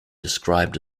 described